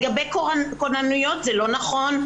לגבי כונניות, זה לא נכון.